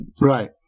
Right